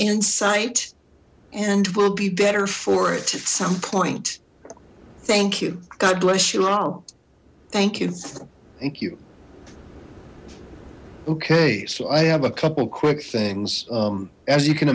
insight and will be better for it at some point thank you god bless you all thank you thank you okay so i have a couple quick things as you can